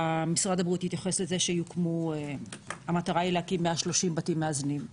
משרד הבריאות התייחס לזה שהמטרה היא להקים 130 בתים מאזנים.